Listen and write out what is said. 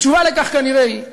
התשובה על כך כנראה היא